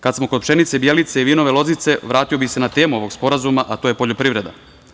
Kada smo kod pšenice Bjelice i vinove lozice, vratio bih se na temu ovog Sporazuma, a to je poljoprivreda.